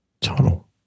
tunnel